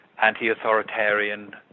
anti-authoritarian